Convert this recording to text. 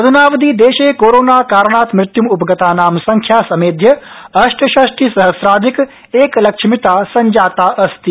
अध्नावधि देशे कोरोणा कारणात् मृत्युम् उपगतानां संख्या समेध्य अष्टषष्टि सहम्राधिक एकलक्ष मिता संजातास्ति